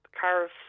cars